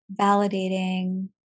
Validating